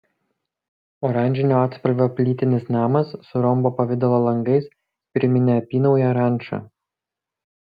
oranžinio atspalvio plytinis namas su rombo pavidalo langais priminė apynauję rančą